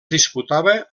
disputava